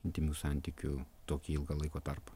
intymių santykių tokį ilgą laiko tarpą